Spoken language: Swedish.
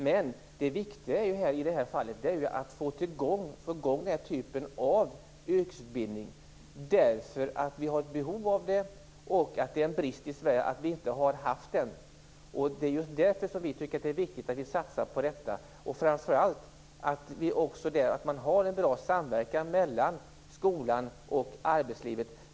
Men det viktigt är i det här fallet att få i gång den här typen av yrkesutbildning, därför att vi har behov av det. Det är en brist att vi inte har haft den i Sverige. Just därför tycker vi att det är viktigt att satsa på detta och framför allt att man har en bra samverkan mellan skolan och arbetslivet.